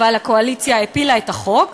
אבל הקואליציה הפילה את החוק.